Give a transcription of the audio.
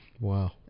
Wow